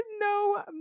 no